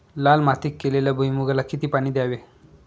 लाल मातीत केलेल्या भुईमूगाला किती पाणी द्यावे?